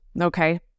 okay